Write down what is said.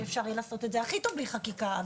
שאפשר לעשות את זה הכי טוב בלי חקיקה,